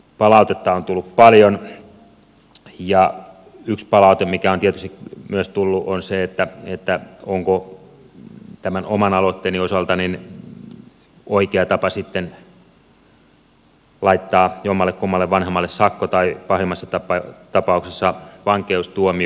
palautetta on tullut paljon ja yksi palaute mikä on tietysti myös tullut on se onko tämän oman aloitteeni osalta oikea tapa sitten laittaa jommallekummalle vanhemmalle sakko tai pahimmassa tapauksessa vankeustuomio